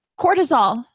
Cortisol